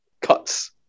cuts